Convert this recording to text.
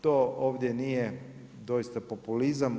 To ovdje nije doista populizam.